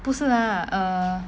不是 lah err